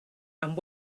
and